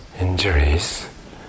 injuries